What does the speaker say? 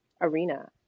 arena